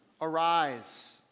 arise